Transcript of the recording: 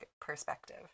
perspective